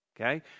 Okay